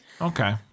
Okay